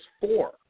four